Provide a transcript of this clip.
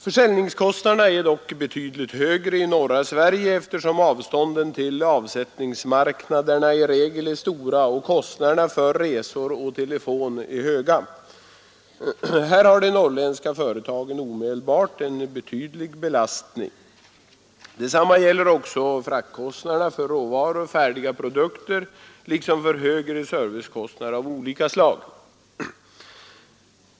Försäljningskostnaderna är dock betydligt högre i norra Sverige eftersom avstånden till avsättningsmarknaderna i regel är stora och kostnaderna för resor och telefon är höga. Här har de norrländska företagen omedelbart en betydlig belastning. Detsamma gäller fraktkostnaderna för råvaror och färdiga produkter samt högre servicekostnader av olika slag.